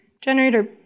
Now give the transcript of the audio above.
Generator